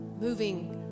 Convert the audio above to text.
Moving